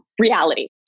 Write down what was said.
reality